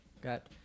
Got